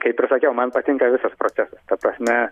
kaip ir sakiau man patinka visas procesas ta prasme